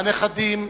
הנכדים,